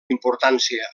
importància